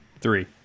three